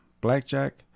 blackjack